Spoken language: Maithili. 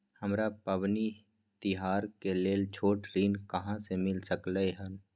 हमरा पबनी तिहार के लेल छोट ऋण कहाँ से मिल सकलय हन?